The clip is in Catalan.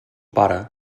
pare